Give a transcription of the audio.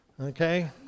Okay